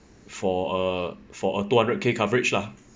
for a for a two hundred K coverage lah